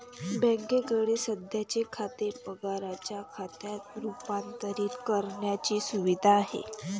बँकेकडे सध्याचे खाते पगाराच्या खात्यात रूपांतरित करण्याची सुविधा आहे